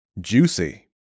juicy